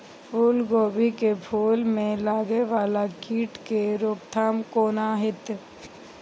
फुल गोभी के फुल में लागे वाला कीट के रोकथाम कौना हैत?